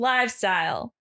Lifestyle